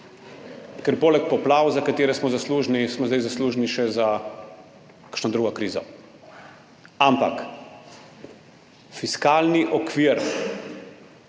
Ker poleg poplav, za katere smo zaslužni, smo zdaj zaslužni še za kakšno drugo krizo. Ampak fiskalni okvir